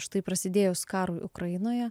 štai prasidėjus karui ukrainoje